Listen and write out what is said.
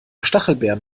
stachelbeeren